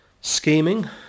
scheming